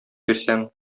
бирсәң